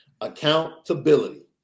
Accountability